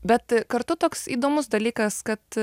bet kartu toks įdomus dalykas kad